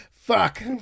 Fuck